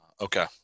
Okay